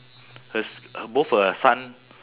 her s~ both her son